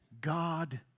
God